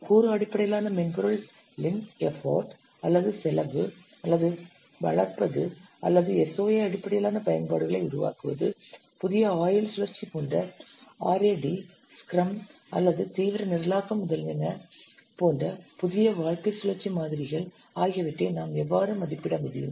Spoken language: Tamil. கூறு அடிப்படையிலான மென்பொருளின் எஃபர்ட் அல்லது செலவு அல்லது வளர்ப்பது அல்லது SOA அடிப்படையிலான பயன்பாடுகளை உருவாக்குவது புதிய ஆயுள் சுழற்சி போன்ற RAD ஸ்க்ரம் அல்லது தீவிர நிரலாக்க முதலியன போன்ற புதிய வாழ்க்கை சுழற்சி மாதிரிகள் ஆகியவற்றை நாம் எவ்வாறு மதிப்பிட முடியும்